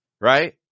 right